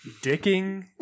dicking